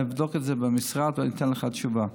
אני אבדוק את זה במשרד ואתן לך תשובה,